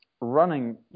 running